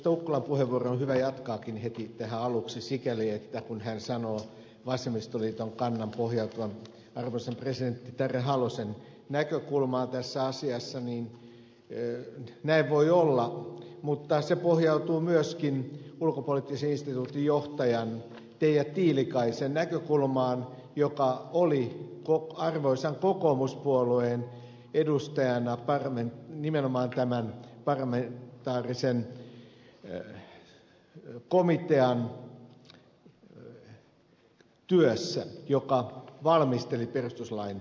ukkolan puheenvuorosta on hyvä jatkaakin heti tähän aluksi sikäli että kun hän sanoo vasemmistoliiton kannan pohjautuvan arvoisan presidentti tarja halosen näkökulmaan tässä asiassa niin näin voi olla mutta se pohjautuu myöskin ulkopoliittisen instituutin johtajan teija tiilikaisen näkökulmaan joka oli arvoisan kokoomuspuolueen edustajana nimenomaan tämän parlamentaarisen komitean työssä joka valmisteli perustuslain muutosta